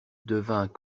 devint